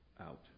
out